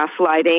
gaslighting